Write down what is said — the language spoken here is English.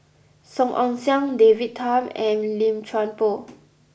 Song Ong Siang David Tham and Lim Chuan Poh